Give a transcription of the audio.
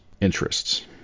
interests